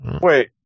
Wait